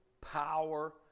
power